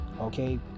okay